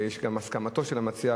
יש גם הסכמה של המציע,